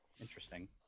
Interesting